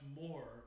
more